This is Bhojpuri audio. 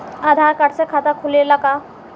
आधार कार्ड से खाता खुले ला का?